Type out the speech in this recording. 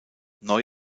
neu